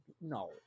no